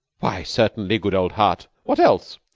why, certainly, good old heart. what else?